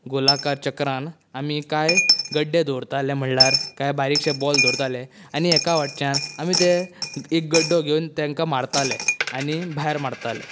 गोलाकार चक्रांत आमी काय गड्डे दवरताले म्हणल्यार कांय बारिकशे बोल दवरताले आनी एका वटच्यान आमी ते एक गड्डो घेवन तेंकां मारताले आनी भायर मारताले